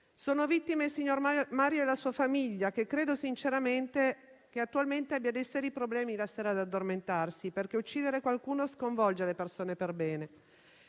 Sono vittime il signor Mario e la sua famiglia. Credo sinceramente che attualmente abbia dei seri problemi la sera ad addormentarsi, perché uccidere qualcuno sconvolge le persone per bene.